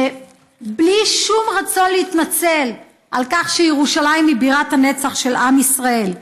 בלי שום רצון להתנצל על כך שירושלים היא בירת הנצח של עם ישראל,